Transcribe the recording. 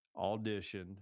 auditioned